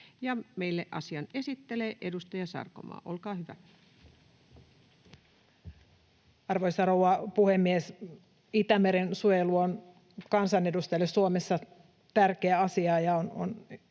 Meille asian esittelee edustaja Sarkomaa, olkaa hyvä. Arvoisa rouva puhemies! Itämeren suojelu on kansanedustajille Suomessa tärkeä asia, ja on